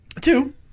Two